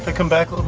ah come back um